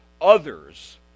others